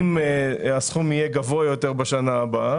אם הסכום יהיה גבוה יותר בשנה הבאה,